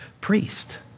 priest